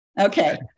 Okay